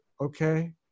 okay